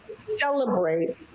celebrate